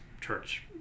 church